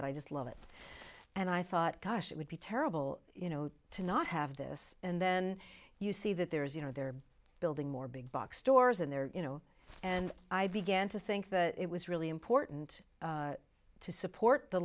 it i just love it and i thought gosh it would be terrible you know to not have this and then you see that there is you know they're building more big box stores and they're you know and i began to think that it was really important to support the